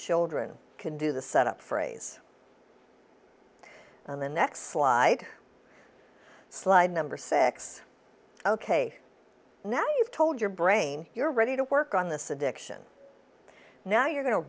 children can do the set up phrase on the next slide slide number six ok now you've told your brain you're ready to work on this addiction now you're going to